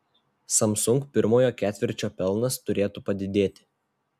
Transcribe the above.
samsung pirmojo ketvirčio pelnas turėtų padidėti